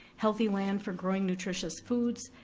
healthy land for growing nutritious foods,